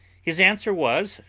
his answer was,